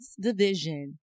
division